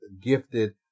gifted